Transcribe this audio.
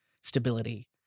stability